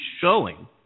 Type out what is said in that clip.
showing